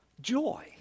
joy